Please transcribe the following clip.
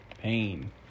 Pain